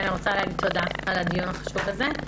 אני רוצה להגיד תודה על הדיון החשוב הזה.